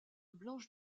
blanche